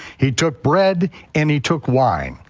he took bread and he took wine.